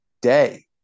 day